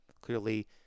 clearly